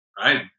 Right